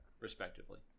respectively